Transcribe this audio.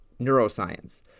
neuroscience